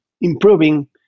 improving